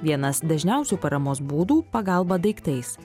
vienas dažniausių paramos būdų pagalba daiktais